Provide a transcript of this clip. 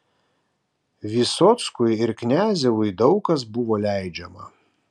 vysockui ir kniazevui daug kas buvo leidžiama